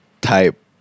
type